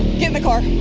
get in the car.